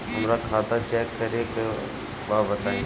हमरा खाता चेक करे के बा बताई?